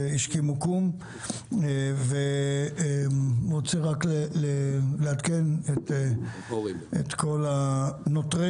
שהשכימו קום; ורוצה לעדכן את כל נוטרי